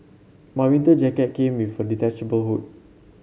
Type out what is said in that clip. my winter jacket came with a detachable hood